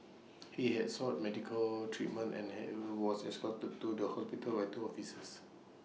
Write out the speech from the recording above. he had sought medical treatment and was escorted to the hospital by two officers